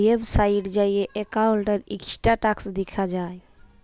ওয়েবসাইটে যাঁয়ে একাউল্টের ইস্ট্যাটাস দ্যাখা যায়